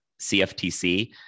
CFTC